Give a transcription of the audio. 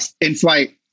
in-flight